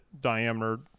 diameter